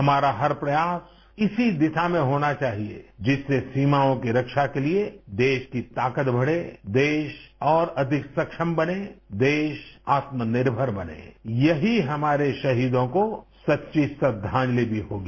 हमारा हर प्रयास इसी दिशा में होना चाहिए जिससे सीमाओं की रक्षा के लिए देश की ताकत बढ़े देश और अधिक सक्षम बने देश आत्मनिर्भर बने यही हमारे शहीदों को सच्ची श्रद्वांजलि भी होगी